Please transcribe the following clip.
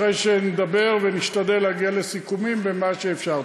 אחרי שנדבר ונשתדל להגיע לסיכומים במה שאפשר.